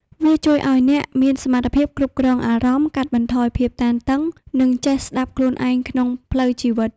វាជួយអោយអ្នកមានសមត្ថភាពគ្រប់គ្រងអារម្មណ៍ កាត់បន្ថយភាពតានតឹង និងចេះស្ដាប់ខ្លួនឯងក្នុងផ្លូវជីវិត។